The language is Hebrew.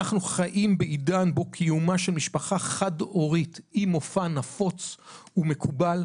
אנחנו חיים בעידן בו קיומה של משפחה חד הורית היא מופע נפוץ ומקובל,